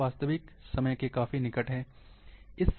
यह वास्तविक समय के काफ़ी निकट है